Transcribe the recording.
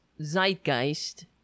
zeitgeist